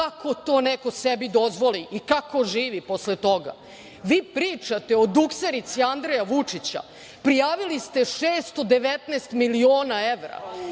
kako to neko sebi dozvoli i kako živi posle toga? Vi pričate o dukserici Andreja Vučića, prijavili ste 619 miliona evra